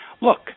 Look